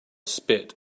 spit